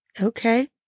okay